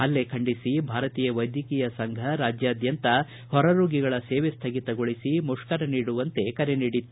ಹಲ್ಲೆ ಖಂಡಿಸಿ ಭಾರತೀಯ ವೈದ್ಯಕೀಯ ಸಂಘ ಇಂದು ರಾಜ್ಞಾದ್ಯಂತ ಹೊರರೋಗಿಗಳ ಸೇವೆ ಸ್ವಗಿತಗೊಳಿಸಿ ಮುಷ್ಕರ ನಡೆಸುವಂತೆ ಕರೆ ನೀಡಿತ್ತು